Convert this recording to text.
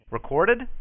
Recorded